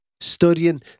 studying